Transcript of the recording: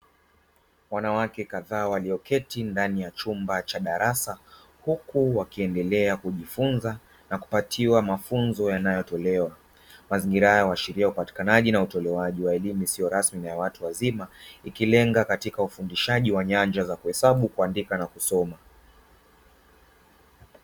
Wanawake kadhaa walioketi ndani ya chumba cha darasa huku wakiendelea kujifunza na kupatiwa mafunzo yanayotolewa. Mazingira haya huashiria upatikanaji na utolewaji wa elimu isiyo rasmi na ya watu wazima ikilenga katika ufundishaji wa nyanja za kuhesabu, kuandika na kusoma.